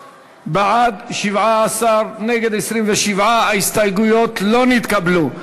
בעד, 17, נגד, 27. ההסתייגות לא נתקבלה.